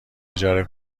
اجاره